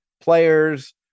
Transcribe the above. players